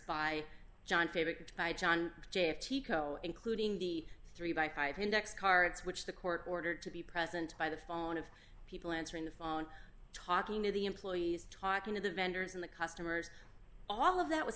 by john favorite by john j of teco including the three by five index cards which the court ordered to be present by the phone of people answering the phone talking to the employees talking to the vendors in the customers all of that was